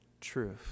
truth